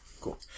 cool